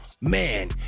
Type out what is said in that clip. man